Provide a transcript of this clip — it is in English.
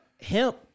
hemp